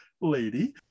lady